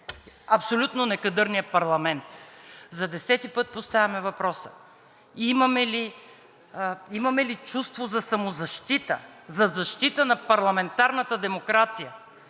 абсолютно некадърния парламент. За десети път поставям въпроса: имаме ли чувство за самозащита, за защита на парламентарната демокрация?